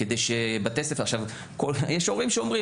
כדי שבתי ספר --- יש הורים שאומרים